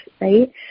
right